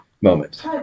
moment